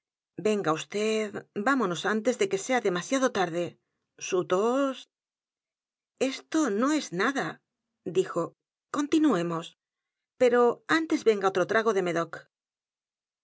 venga vd vamonos antes de que sea demasiado tarde su tos esto no es nada dijo continuemos pero antes venga otro trago de medoc